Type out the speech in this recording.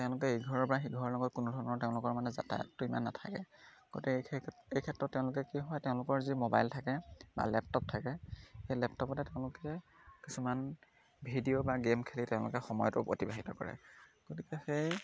তেওঁলোকে ইঘৰৰ পৰা সিঘৰৰ লগত কোনো ধৰণৰ তেওঁলোকৰ মানে যাতায়তটো ইমান নাথাকে গতিকে সেই খ এই ক্ষেত্ৰত তেওঁলোকে কি হয় তেওঁলোকৰ যি মোবাইল থাকে বা লেপটপ থাকে সেই লেপটপতে তেওঁলোকে কিছুমান ভিডিঅ' বা গেম খেলি তেওঁলোকে সময়টো অতিবাহিত কৰে গতিকে সেই